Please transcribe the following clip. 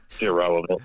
irrelevant